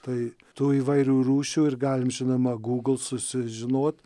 tai tų įvairių rūšių ir galim žinoma google susižinot